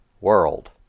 world